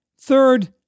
Third